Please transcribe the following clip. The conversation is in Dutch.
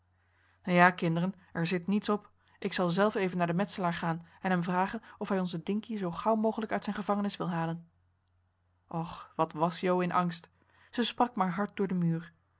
ja kinderen er zit niets op ik zal zelf even naar den metselaar gaan en hem vragen of hij onzen dinkie zoo gauw mogelijk uit zijn gevangenis wil halen och wat was jo in angst zij sprak maar hard door den muur